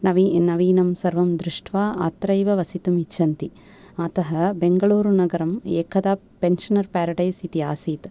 नवीन नवीनं सर्वं दृष्ट्वा अत्रैव वसितुम् इच्छति अतः बैङ्गलूरु नगरम् एकदा पेंशनर् पेरडैस् इति आसीत्